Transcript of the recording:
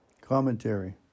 Commentary